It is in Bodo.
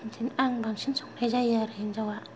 बिदिनो आं बांसिन संनाय जायो आरो हिनजावा